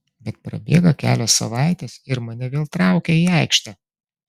bet prabėga kelios savaitės ir mane vėl traukia į aikštę